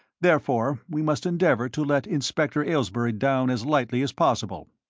therefore we must endeavour to let inspector aylesbury down as lightly as possible.